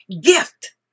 gift